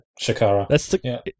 Shakara